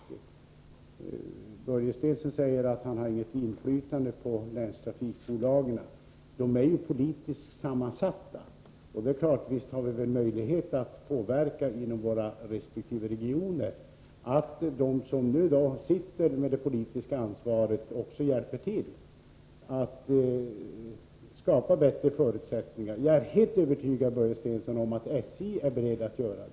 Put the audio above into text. Börje Stensson säger att han inte har något inflytande på länstrafikbolagen. Men deras styrelser är politiskt sammansatta, och visst har vi möjligheter att påverka inom våra resp. regioner, så att de som sitter med det politiska ansvaret också hjälper till att skapa bättre förutsättningar. Jag är helt övertygad om, Börje Stensson, att SJ är berett att göra det.